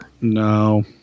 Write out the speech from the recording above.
No